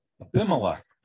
Abimelech